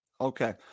Okay